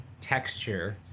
texture